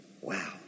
Wow